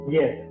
Yes